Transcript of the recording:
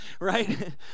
right